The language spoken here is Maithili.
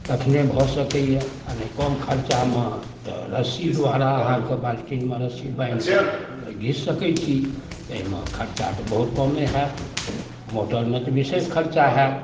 तखने भऽ सकैय ने कम खर्चामे तऽ रस्सी द्वारा अहाँके बाल्टीनमे रस्सी बान्हिकऽ घीच सकै छी अइमे खर्चा तऽ बहुत कमे हैत मोटरमे तऽ विशेष खर्चा हैत